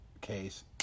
case